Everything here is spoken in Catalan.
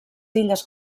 illes